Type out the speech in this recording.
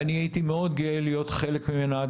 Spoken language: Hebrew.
והייתי מאוד גאה להיות חלק ממנה עד